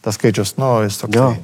tas skaičius nu jis toksai